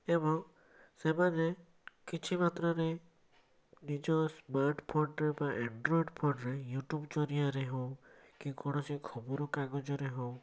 ଏବଂ ସେମାନେ କିଛି ମାତ୍ରାରେ ନିଜ ସ୍ମାର୍ଟଫୋନ୍ରେ ବା ଏଣ୍ଡରଏଡ୍ ଫୋନ୍ରେ ୟୁଟ୍ୟୁବ୍ ଜରିଆରେ ହଉକି କୌଣସି ଖବର କାଗଜରେ ହଉ